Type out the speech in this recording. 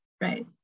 right